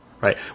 right